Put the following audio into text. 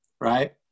right